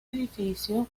edificio